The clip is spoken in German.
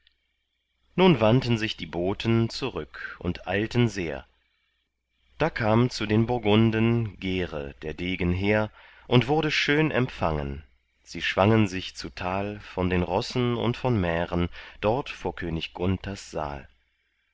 nun wandten sich die boten zurück und eilten sehr da kam zu den burgunden gere der degen hehr und wurde schön empfangen sie schwangen sich zu tal von rossen und von mähren dort vor könig gunthers saal